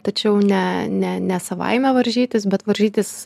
tačiau ne ne ne savaime varžytis bet varžytis